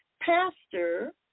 Pastor